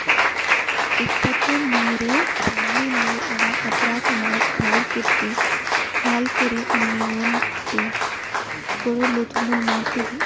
ಇಪ್ಪತ್ತ್ ಮೂರು ಪ್ರಾಣಿ ನೂಲ್ ಅವ ಅದ್ರಾಗ್ ನಾವ್ ಭಾಳ್ ಕುರಿ ಉಣ್ಣಿ ಒಂಟಿ ಕುದಲ್ದು ನೂಲ್ ಮಾಡ್ತೀವಿ